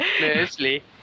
Mostly